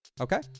Okay